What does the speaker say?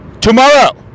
tomorrow